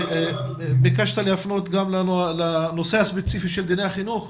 ביקשת להפנות גם לנושא הספציפי של דיני החינוך,